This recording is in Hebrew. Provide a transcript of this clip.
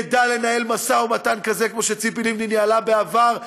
ידע לנהל משא-ומתן כזה כמו שציפי לבני ניהלה בעבר,